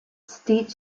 state